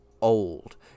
old